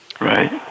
Right